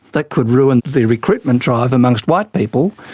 that could ruin the recruitment drive amongst white people,